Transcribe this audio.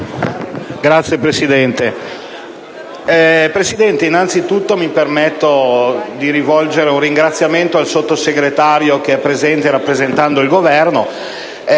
Signor Presidente, innanzitutto mi permetto di rivolgere un ringraziamento al Sottosegretario presente che rappresenta il Governo,